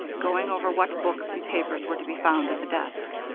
going over what books and papers were to be found in the desk.